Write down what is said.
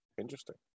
Interesting